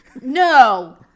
No